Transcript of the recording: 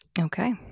okay